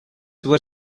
were